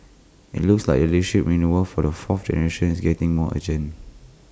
IT looks like the leadership renewal for the fourth generation is getting more urgent